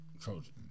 Trojan